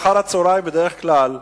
אחר-הצהריים בדרך כלל,